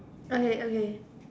okay okay